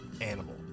animal